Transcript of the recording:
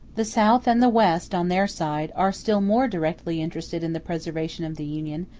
the south and the west, on their side, are still more directly interested in the preservation of the union,